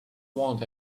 want